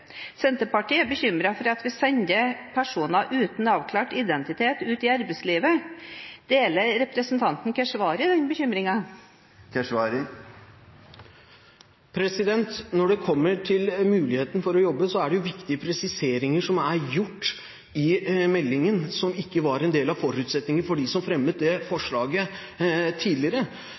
Senterpartiet er bekymret for at vi sender personer uten avklart identitet ut i arbeidslivet. Deler representanten Keshvari denne bekymringen? Når det handler om muligheten for å jobbe, er det viktige presiseringer som er gjort i meldingen som ikke var en del av forutsetningen for dem som fremmet forslaget tidligere.